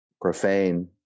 profane